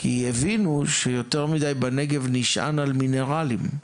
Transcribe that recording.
כי הבינו שיותר מדי בנגב נשען על מינרלים.